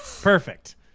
perfect